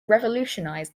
revolutionize